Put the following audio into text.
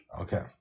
Okay